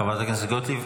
חברת הכנסת גוטליב.